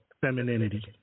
femininity